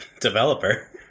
developer